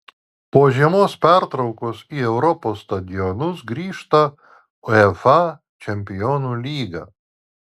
po žiemos pertraukos į europos stadionus grįžta uefa čempionų lyga